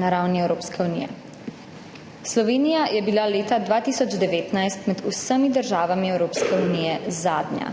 na ravni Evropske unije. Slovenija je bila leta 2019 med vsemi državami Evropske unije zadnja,